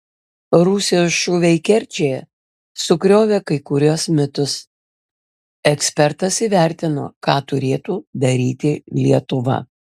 rusijos šūviai kerčėje sugriovė kai kuriuos mitus ekspertas įvertino ką turėtų daryti lietuva